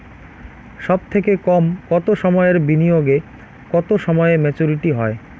সবথেকে কম কতো সময়ের বিনিয়োগে কতো সময়ে মেচুরিটি হয়?